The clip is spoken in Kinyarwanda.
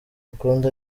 ukundi